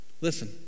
Listen